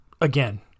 again